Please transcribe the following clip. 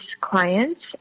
clients